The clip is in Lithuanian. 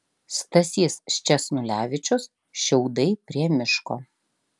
stasys sčesnulevičius šiaudai prie miško